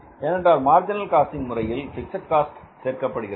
ஏனென்றால் மர்கினல் காஸ்ட்இன் முறையில் பிக்ஸட் காஸ்ட் சேர்க்கப்படுகிறது